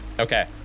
Okay